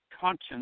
conscience